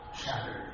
shattered